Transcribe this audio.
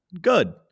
good